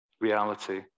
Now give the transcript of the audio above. reality